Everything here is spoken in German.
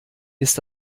ist